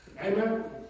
Amen